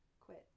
quit